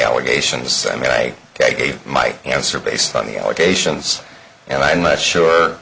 allegations i mean i gave my answer based on the allegations and i'm not sure